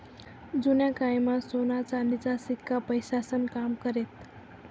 जुना कायमा सोना चांदीचा शिक्का पैसास्नं काम करेत